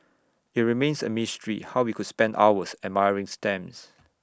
IT remains A mystery how we could spend hours admiring stamps